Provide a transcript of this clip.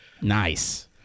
Nice